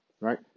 right